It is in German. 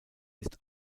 ist